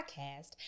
podcast